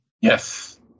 Yes